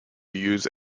use